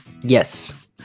yes